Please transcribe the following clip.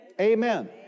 Amen